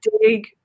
dig